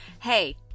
Hey